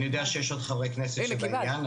אני יודע שיש עוד חברי כנסת בעניין,